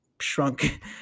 shrunk